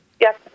Yes